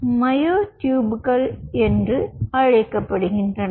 அவை மயோட்டூப்கள் என்று அழைக்கப்படுகின்றன